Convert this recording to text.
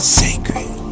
sacred